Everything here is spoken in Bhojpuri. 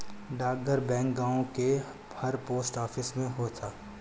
डाकघर बैंक गांव के हर पोस्ट ऑफिस में होत हअ